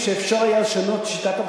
חבר הכנסת רובי ריבלין,